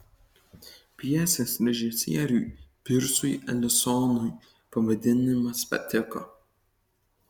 pjesės režisieriui pirsui elisonui pavadinimas patiko